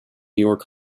york